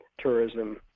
tourism